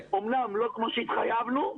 אמנם לא כמו שהתחייבנו,